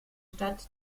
stadt